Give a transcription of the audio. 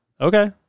Okay